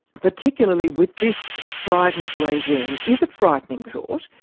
particularly with this strident regime, is a frightening thought.